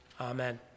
amen